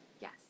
yes